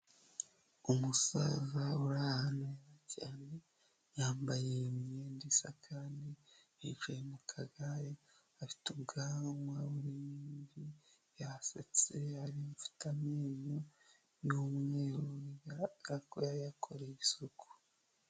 Umusaza uri ahantu heza cyane, yambaye imyenda isa kandi yicaye mu kagare, afite ubwanwa burimo imvi, yasetse afite amenyo y'umweru bigaragara ko yayakoreye isuku.